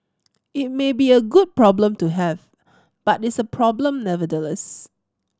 it may be a good problem to have but it's a problem nevertheless